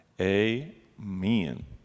Amen